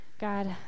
God